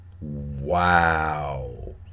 Wow